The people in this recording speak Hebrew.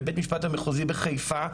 בבית המשפט המחוזי בחיפה,